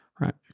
Right